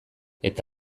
eta